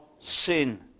sin